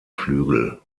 flügel